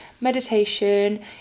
meditation